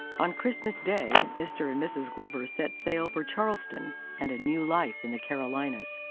on christmas day mr. and mrs. glover set sail for charleston and a new life in the carolinas.